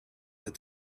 that